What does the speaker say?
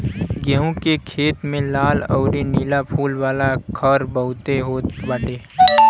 गेंहू के खेत में लाल अउरी नीला फूल वाला खर बहुते होत बाटे